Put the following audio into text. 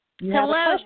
Hello